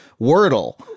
Wordle